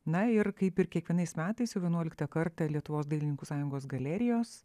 na ir kaip ir kiekvienais metais jau vienuoliktą kartą lietuvos dailininkų sąjungos galerijos